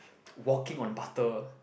walking on butter